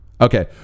Okay